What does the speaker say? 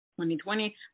2020